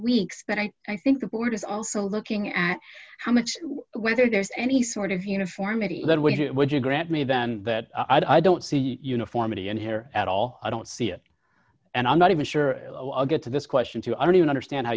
weeks but i i think the board is also looking at how much whether there's any sort of uniformity that would it would you grant me then that i don't see uniformity in here at all i don't see it and i'm not even sure i'll get to this question too i don't even understand how